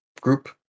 Group